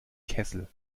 kessel